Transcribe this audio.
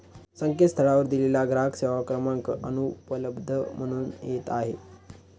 संकेतस्थळावर दिलेला ग्राहक सेवा क्रमांक अनुपलब्ध म्हणून येत आहे